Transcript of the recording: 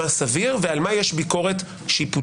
מה סביר ועל מה יש ביקורת שיפוטית.